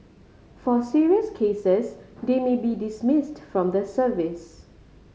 for serious cases they may be dismissed from the service